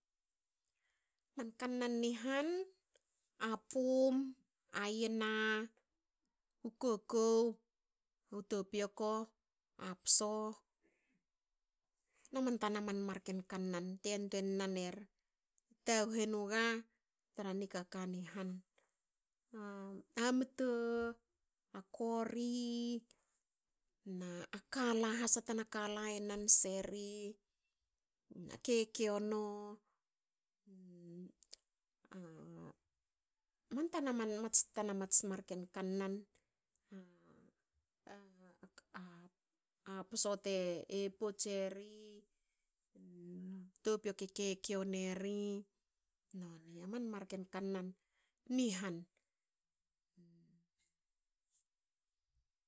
Man kannan ni han a pum. a yana. u kokou. u topioko. a pso na man tana marken kannan. A pso na man tana man marken kannan te yantuei nan eri. taguhu enuga tra nikaka ni han. mto. kori na kala has. tana kala e nan seri na kekiono a man tana man. mats tana mats marken kannan. A pso te pots eri. topioko e kekeniono eri. noni aman marken kannan ni han